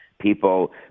people